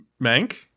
Mank